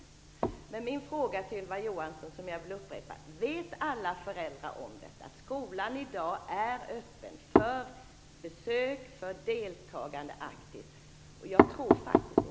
Jag vill upprepa min fråga till Ylva Johansson: Vet alla föräldrar om att skolan i dag är öppen för besök och för aktivt deltagande? Jag tror faktiskt inte det.